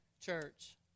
church